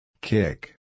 Kick